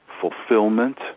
fulfillment